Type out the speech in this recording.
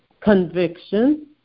conviction